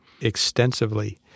extensively